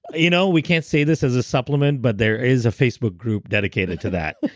you know, we can't say this as a supplement but there is a facebook group dedicated to that,